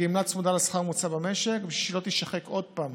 הגמלה צמודה לשכר הממוצע במשק בשביל שהיא לא תישחק עוד פעם